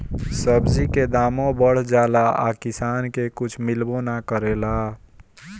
सब्जी के दामो बढ़ जाला आ किसान के कुछ मिलबो ना करेला